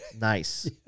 Nice